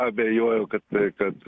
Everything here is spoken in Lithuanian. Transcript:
abejoju kad kad